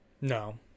No